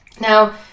Now